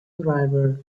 driver